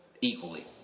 equally